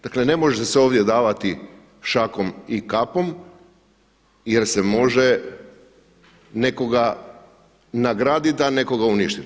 Dakle ne može se ovdje davati šakom i kapom jer se može nekoga nagraditi, a nekoga uništiti.